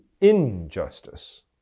injustice